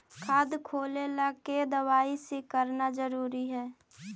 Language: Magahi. खाता खोले ला के दवाई सी करना जरूरी है?